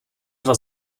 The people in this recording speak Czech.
dva